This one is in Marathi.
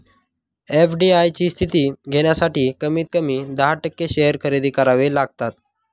एफ.डी.आय ची स्थिती घेण्यासाठी कमीत कमी दहा टक्के शेअर खरेदी करावे लागतात